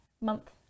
month